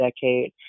decade